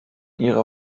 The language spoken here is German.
ihrer